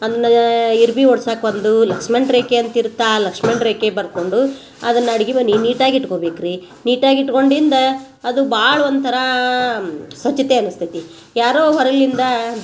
ಅಮ್ನಗಾ ಇರ್ಬಿ ಓಡ್ಸಾಕೆ ಒಂದು ಲಕ್ಷ್ಮಣ ರೇಖೆ ಅಂತ ಇರುತ್ತೆ ಆ ಲಕ್ಷ್ಮಣ ರೇಖೆ ಬರ್ಕೊಂಡು ಅದನ್ನ ಅಡ್ಗಿ ಮನೆ ನೀಟಾಗಿ ಇಟ್ಕೊಬೇಕ್ರಿ ನೀಟಾಗಿ ಇಟ್ಕೊಳ್ದಿಂದ ಅದು ಭಾಳ ಒಂಥರ ಸ್ವಚ್ಛತೆ ಅನಿಸ್ತೈತಿ ಯಾರೋ ಹೊರಗ್ಲಿಂದ